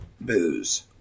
booze